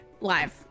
Live